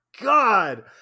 god